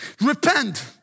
repent